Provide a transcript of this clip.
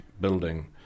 building